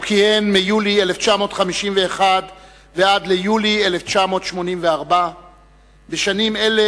הוא כיהן מיולי 1951 ועד ליולי 1984. בשנים אלה